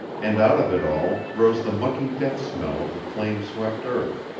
and out of it all rose the mucky death-smell of the flame-swept earth.